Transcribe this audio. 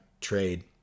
trade